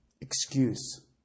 excuse